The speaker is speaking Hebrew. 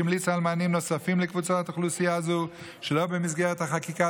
שהמליצה על מענים נוספים לקבוצת אוכלוסייה זו שלא במסגרת החקיקה,